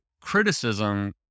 criticism